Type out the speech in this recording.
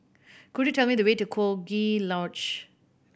could you tell me the way to Coziee Lodge